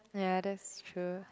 ya that's true